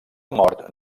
mort